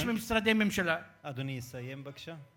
יש משרדי ממשלה, אדוני יסיים בבקשה.